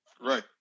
right